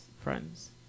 friends